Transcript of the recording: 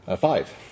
five